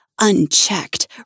Unchecked